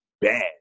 bad